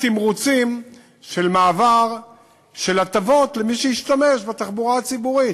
תמרוצים של מעבר של הטבות למי שישתמש בתחבורה הציבורית.